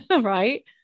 right